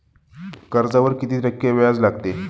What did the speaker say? कर्जावर किती टक्के व्याज लागते?